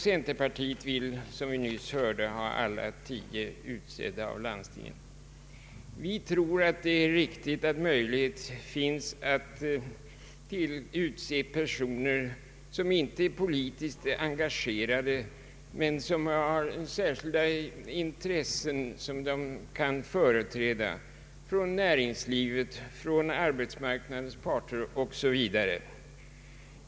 Centerpartiet vill, som vi nyss hörde, att alla tio utses av landstinget. Vi tror att det är riktigt att möjlighet finns att utse personer som inte är politiskt engagerade men som har särskilda intressen som de kan företräda, personer från näringslivet och representanter för arbetsmarknadens parter o.s.v.